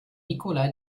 nicola